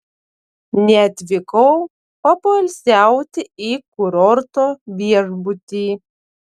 neatvykau papoilsiauti į kurorto viešbutį